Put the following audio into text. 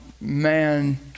man